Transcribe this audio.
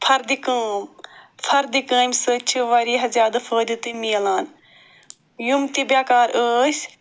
فَردِ کٲم فَردِ کامہِ سۭتۍ چھِ واریاہ زیادٕ فٲیدٕ تہِ مِلان یِم تہِ بیٚکار ٲسۍ